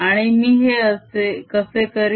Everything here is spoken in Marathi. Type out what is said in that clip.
आणि मी हे कसे करीन